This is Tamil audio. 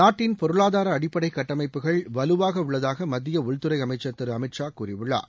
நாட்டின் பொருளாதார அடிப்படை கட்டமைப்புகள் வலுவாக உள்ளதாக மத்திய உள்துறை அமைச்சர் திரு அமித் ஷா கூறியுள்ளார்